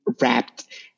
wrapped